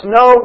no